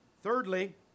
Thirdly